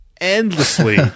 endlessly